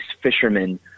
fishermen